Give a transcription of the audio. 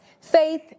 faith